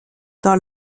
dans